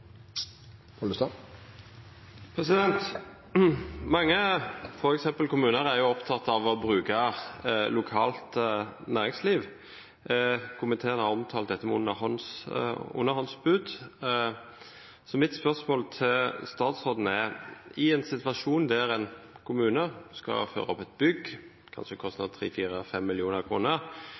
effekt. Mange, f.eks. kommuner, er opptatt av å bruke lokalt næringsliv. Komiteen har omtalt dette med «underhåndsbud». Mitt spørsmål til statsråden er: I en situasjon der en kommune skal føre opp et bygg, kanskje koster det 3, 4, 5 mill. kr, og spør fire